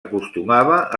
acostumava